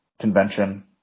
convention